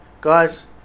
Guys